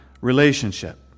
relationship